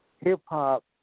hip-hop